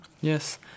Yes